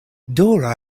dora